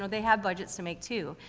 and they have budgets to make too.